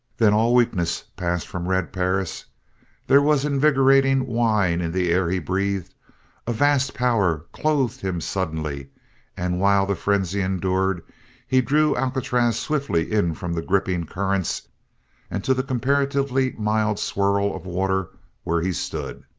then all weakness passed from red perris there was invigorating wine in the air he breathed a vast power clothed him suddenly and while the frenzy endured he drew alcatraz swiftly in from the gripping currents and to the comparatively mild swirl of water where he stood.